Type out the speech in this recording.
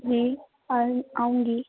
جی آؤں گی